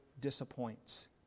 disappoints